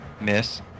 miss